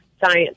science